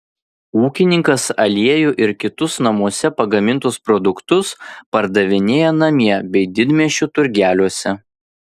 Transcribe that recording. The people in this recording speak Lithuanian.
ūkininkas aliejų ir kitus namuose pagamintus produktus pardavinėja namie bei didmiesčių turgeliuose